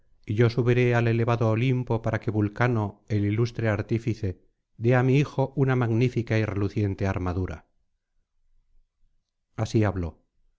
y yo subiré al elevado olimpo para que vulcano el ilustre artífice dé á mi hijo una magnífica y reluciente armadura así habló